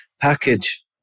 package